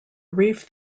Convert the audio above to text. reef